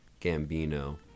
gambino